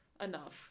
enough